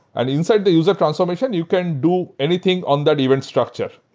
and inside the user transformation, you can do anything on that event structure.